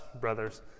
brothers